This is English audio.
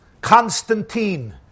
Constantine